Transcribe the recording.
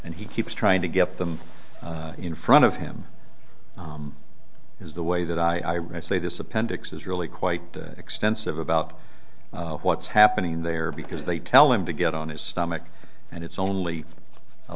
him he keeps trying to get them in front of him is the way that i say this appendix is really quite extensive about what's happening there because they tell him to get on his stomach and it's only a